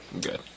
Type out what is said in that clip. good